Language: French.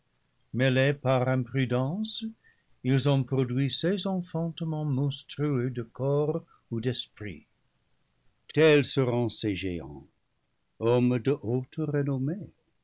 mêlés par imprudence ils ont produit ces enfantements monstrueux de corps ou d'esprit tels seront ces géants hommes de haute renommée